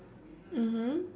mmhmm